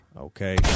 okay